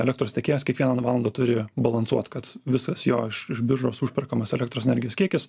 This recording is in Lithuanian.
elektros tiekėjas kiekvieną na valandą turi balansuot kad visas jo iš iš biržos užperkamas elektros energijos kiekis